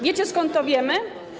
Wiecie, skąd to wiemy?